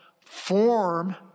form